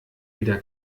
wieder